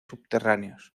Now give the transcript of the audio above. subterráneos